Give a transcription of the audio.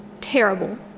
terrible